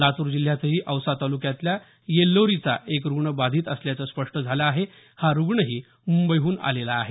लातूर जिल्ह्यातही औसा तालुक्यातल्या येल्लोरीचा एक जण बाधित असल्याचं स्पष्ट झालं आहे हा रुग्णही मुंबईहून आलेला आहे